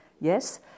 yes